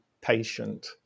patient